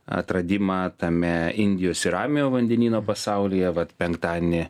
atradimą tame indijos ir ramiojo vandenyno pasaulyje vat penktadienį